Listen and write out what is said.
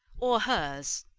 or hers.